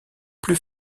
plus